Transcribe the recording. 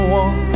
one